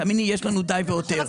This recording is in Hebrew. תאמיני לנו שיש די והותר.